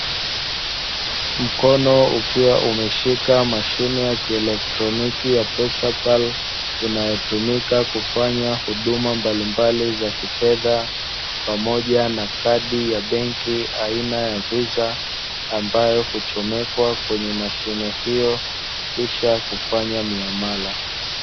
Mkono ukiwa umeshika mashine ya kielektroniki ya pesa inayotumika kufanya huduma mbalimbali za kifedha, pamoja na kadi ya benki aina ya visa ambayo huchomekwa kwenye mashine hiyo, kisha kufanya miamala.